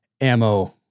ammo